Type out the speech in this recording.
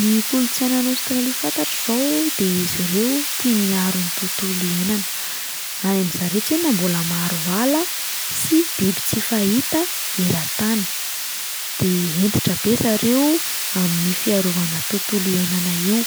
Ny kolontsaina any Aostralia fantatro izao de izy ireo tia miaro ny tontolo iainana, any amin'zareo tsinona mbola maro ala sy biby tsy fahita eran-tany de hentitra be zareo amin'io fiarovana tontolo iainana io,